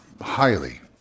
highly